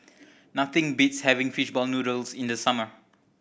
nothing beats having fishball noodles in the summer